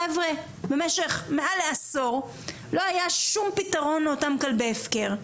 חבר'ה במשך מעל לעשור לא היה שום פתרון לאותם כלבי הפקר,